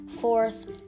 fourth